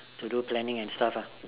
to do planning and stuff lah